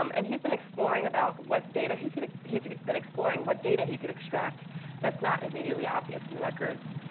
um and he's been exploring about what data he could, he's been exploring what data he could extract that's not immediately obvious in the records,